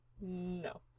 no